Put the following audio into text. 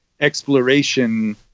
exploration